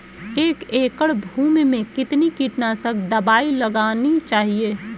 एक एकड़ भूमि में कितनी कीटनाशक दबाई लगानी चाहिए?